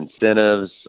incentives